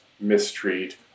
mistreat